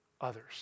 others